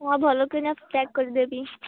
ମୁଁ ଆଉ ଭଲ କିନା ଚେକ୍ କରିଦେବି